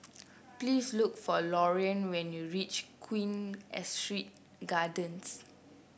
please look for Laureen when you reach Queen Astrid Gardens